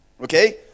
Okay